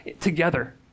together